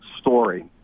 story